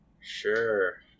Sure